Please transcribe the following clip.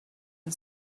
and